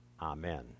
Amen